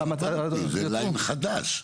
אז אמרתי, זה ליין חדש.